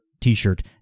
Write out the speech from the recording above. t-shirt